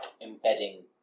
embedding